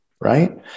right